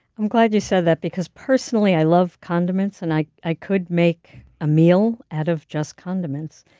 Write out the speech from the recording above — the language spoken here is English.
i'm glad you said that because personally i love condiments. and i i could make a meal out of just condiments.